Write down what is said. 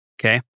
okay